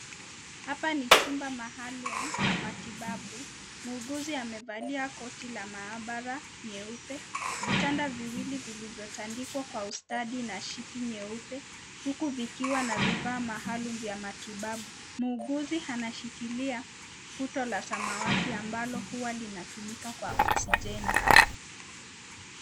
Hapa ni chumba maalum ya matibabu, muuguzi amevalia koti ya mahabara nyeupe, vitanda viwili vilivyo tandikwa ustadi na siti nyeupe akiwa na vifaa maalum ya matibabu, muuguzi anashikilia puta ya samawadi ambalo huwa linatumika katika oksijeni.